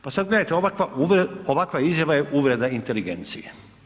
Pa sad gledajte, ovakva izjava je uvreda inteligencije.